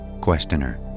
Questioner